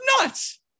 nuts